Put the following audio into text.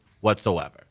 whatsoever